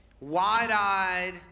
wide-eyed